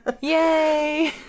Yay